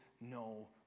no